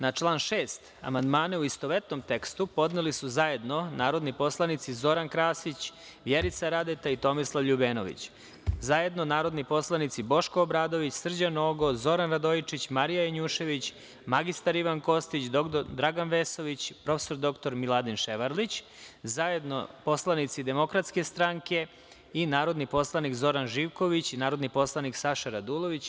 Na član 6. amandmane, u istovetnom tekstu, podneli su zajedno narodni poslanici Zoran Krasić, Vjerica Radeta i Tomislav LJubenović, zajedno narodni poslanici Boško Obradović, Srđan Nogo, Zoran Radojičić, Marija Janjušević, mr Ivan Kostić, dr Dragan Vesović, prof. dr Miladin Ševarlić, zajedno poslanici DS i narodni poslanik Zoran Živković i narodni poslanik Saša Radulović.